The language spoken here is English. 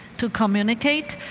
to communicate.